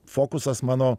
fokusas mano